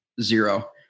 zero